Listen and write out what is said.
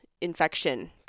infection